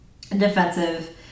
defensive